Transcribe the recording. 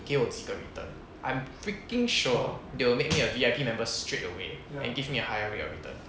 你给我几个 return I'm freaking sure they will make me a V_I_P member straight away and give me a higher rate of return